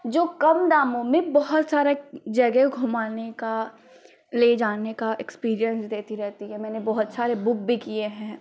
जो कम दामों में बहुत सारा जगह घुमाने का ले जाने का एक्सपीरियंस देती रहती है मैंने बहुत सारे बुक भी किये हैं